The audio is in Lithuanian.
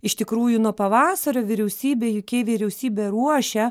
iš tikrųjų nuo pavasario vyriausybė ju kei vyriausybė ruošia